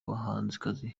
bahanzikazi